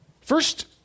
First